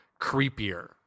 creepier